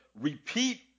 repeat